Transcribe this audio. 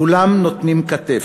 כולם נותנים כתף,